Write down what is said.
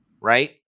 right